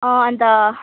अँ अन्त